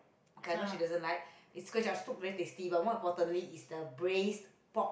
okay I know she doesn't like is kway-chap soup very tasty but more importantly is the braised pork